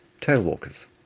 Tailwalkers